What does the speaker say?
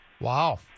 Wow